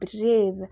brave